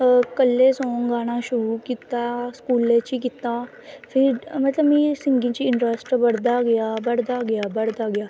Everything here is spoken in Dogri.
कल्ले सांग गाना शुऱु कीता स्कूले च ई कीता फिर में मतलव सिंगिंग च इंट्रस्ट बड़दा गेआ बड़दा गेआ